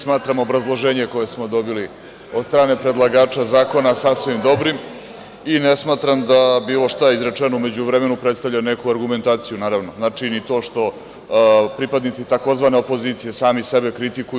Smatram obrazloženje koje smo dobili od strane predlagača zakona sasvim dobrim i ne smatram da bilo šta izrečeno u međuvremenu predstavlja neku argumentaciju, znači, ni to što pripadnici takozvane opozicije sami sebe kritikuju.